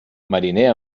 mariner